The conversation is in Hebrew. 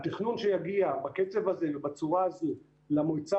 התכנון שיגיע בקצב הזה ובצורה הזו למועצה